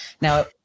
Now